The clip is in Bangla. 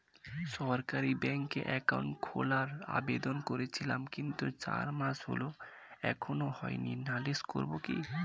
সরকারি ব্যাংকে একাউন্ট খোলার আবেদন করেছিলাম কিন্তু চার মাস হল এখনো হয়নি নালিশ করব কি?